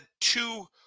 two